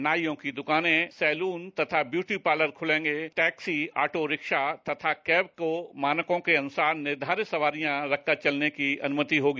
नाइयों की द्रकानें सैलून तथा ब्यूटी पार्लर खूलेंगे टैक्सी ऑटो रेरिक्शा तथा कैब को मानकों के ॅअनुसार निर्धारित सवारियां रखकर चलने की अनुमति होगी